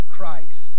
Christ